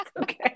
okay